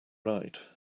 right